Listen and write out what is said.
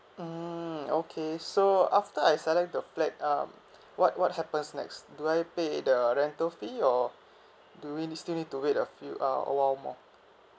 mmhmm okay so after I select the flat um what what happens next do I pay the rental fee or do we need still need to wait a few uh a while more